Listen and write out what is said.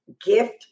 gift